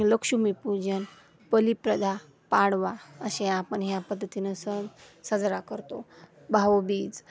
लक्ष्मीपूजन बलीप्रदा पाडवा असे आपण ह्या पद्धतीनं सण साजरा करतो भाऊबीज